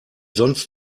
sonst